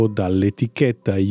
dall'etichetta